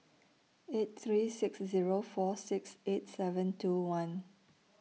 eight three six Zero four six eight seven two one